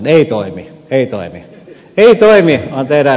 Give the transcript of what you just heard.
ei toimi on teidän lempisanontanne